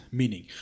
meaning